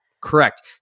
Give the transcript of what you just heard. Correct